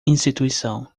instituição